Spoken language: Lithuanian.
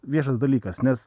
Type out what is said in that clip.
viešas dalykas nes